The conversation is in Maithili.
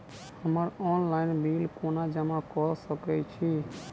हम्मर ऑनलाइन बिल कोना जमा कऽ सकय छी?